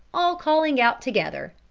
all calling out together.